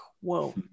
whoa